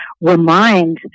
remind